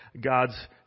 God's